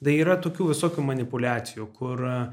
tai yra tokių visokių manipuliacijų kur